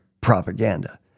propaganda